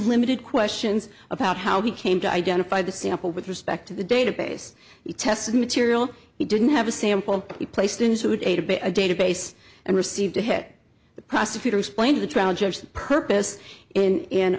limited questions about how he came to identify the sample with respect to the database test material he didn't have a sample be placed into database a database and received to hit the prosecutor explained the trial judge the purpose in in